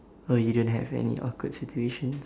oh you don't have any awkward situations